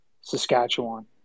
Saskatchewan